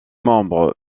membre